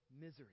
misery